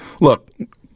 Look